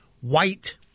white